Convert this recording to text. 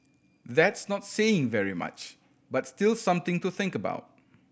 that's not saying very much but still something to think about